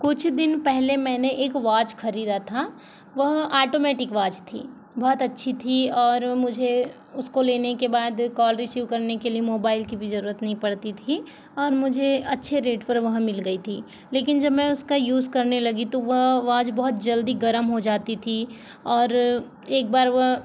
कुछ दिन पहले मैंने एक वॉच खरीदा था वह आटोमैटिक वॉच थी बहुत अच्छी थी और मुझे उसको लेने के बाद कॉल रिसीव करने के लिए मोबाइल की भी ज़रूरत नहीं पड़ती थी और मुझे अच्छे रेट पर वह मिल गई थी लेकिन जब मैं उसका यूज़ करने लगी तो वह वॉच बहुत जल्दी गर्म हो जाती थी ओर एक बार वह